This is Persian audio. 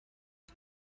هیچ